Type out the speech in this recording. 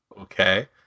okay